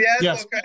Yes